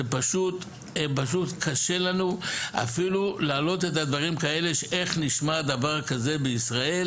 זה פשוט קשה לנו אפילו להעלות את הדברים האלה איך נשמע דבר כזה בישראל,